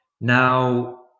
Now